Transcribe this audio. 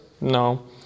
No